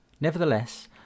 Nevertheless